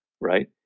Right